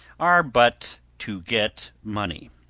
are but to get money.